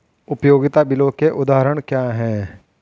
उपयोगिता बिलों के उदाहरण क्या हैं?